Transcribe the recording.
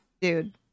dude